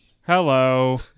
Hello